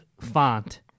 font